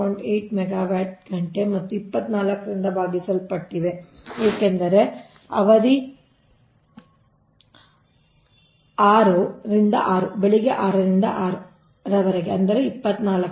8 megawatt ಗಂಟೆ ಮತ್ತು 24 ರಿಂದ ಭಾಗಿಸಲ್ಪಟ್ಟಿವೆ ಏಕೆಂದರೆ ಅವಧಿ 6 ರಿಂದ 6 ಬೆಳಿಗ್ಗೆ 6 ರಿಂದ 6 ರವರೆಗೆ 24 ಗಂಟೆಗಳು